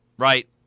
Right